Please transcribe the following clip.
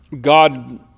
God